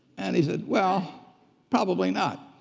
and he said, well probably not.